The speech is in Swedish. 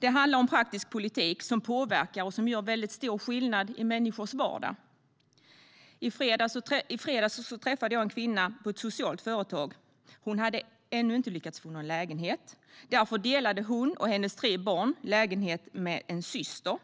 Det handlar om praktisk politik som påverkar och gör stor skillnad i människors vardag. I fredags träffade jag en kvinna på ett socialt företag. Hon hade ännu inte lyckats få någon lägenhet. Därför delade hon och hennes tre barn lägenhet med en syster.